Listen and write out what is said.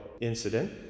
incident